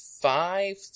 five